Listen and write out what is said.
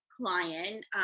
client